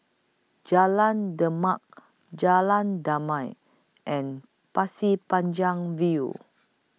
Jalan Demak Jalan Damai and Pasir Panjang View